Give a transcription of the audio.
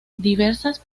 diversas